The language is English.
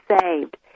saved